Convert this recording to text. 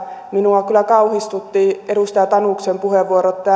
minua kyllä kauhistuttivat edustaja tanuksen puheenvuorot